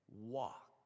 walk